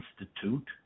Institute